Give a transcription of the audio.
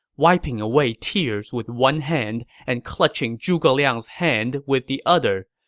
wiping away tears with one hand and clutching zhuge liang's hand with the other,